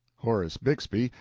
horace bixby,